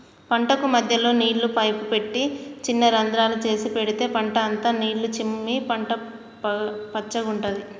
పంటకు మధ్యలో నీళ్ల పైపు పెట్టి చిన్న రంద్రాలు చేసి పెడితే పంట అంత నీళ్లు చిమ్మి పంట పచ్చగుంటది